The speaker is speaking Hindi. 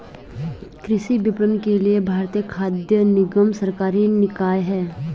कृषि विपणन के लिए भारतीय खाद्य निगम सरकारी निकाय है